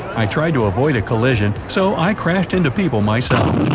i tried to avoid a collision, so i crashed into people myself.